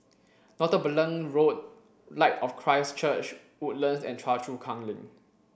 Northumberland Road Light of Christ Church Woodlands and Choa Chu Kang Link